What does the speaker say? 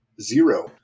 Zero